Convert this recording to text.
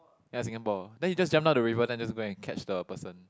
ya Singapore then he just jump down the river then just go and catch the person